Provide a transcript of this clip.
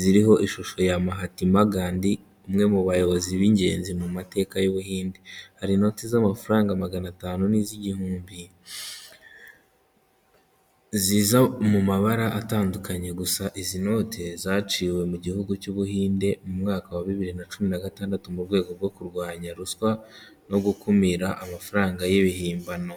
ziriho ishusho ya mahatima gandi umwe mu bayobozi b'ingenzi mu mateka y'ubuhinde. Hari inoti z'amafaranga magana atanu n'iz'igihumbi ziza mu mabara atandukanye gusa izi note zaciwe mu gihugu cy'ubuhinde mu mwaka wa bibiri na cumi na gatandatu mu rwego rwo kurwanya ruswa no gukumira amafaranga y'ibihimbano.